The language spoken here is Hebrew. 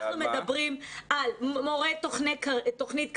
אנחנו מדברים על מורה בתוכנית קרב.